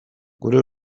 gure